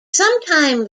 sometime